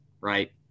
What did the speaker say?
Right